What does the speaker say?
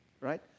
right